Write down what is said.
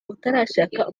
utarashaka